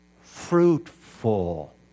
Fruitful